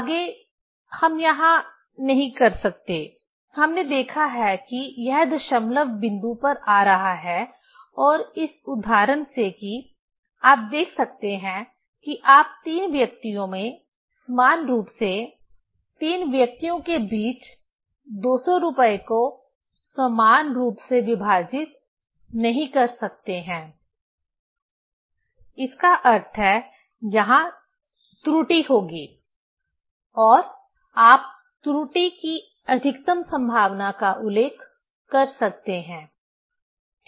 आगे हम यहाँ नहीं कर सकते हमने देखा है कि यह दशमलव बिंदु पर आ रहा है और इस उदाहरण से कि आप देख सकते हैं कि आप तीन व्यक्तियों में समान रूप से तीन व्यक्तियों के बीच 200 रूपए को समान रूप से विभाजित नहीं कर सकते हैं इसका अर्थ है यहाँ त्रुटि होगी और आप त्रुटि की अधिकतम संभावना का उल्लेख कर सकते हैं ठीक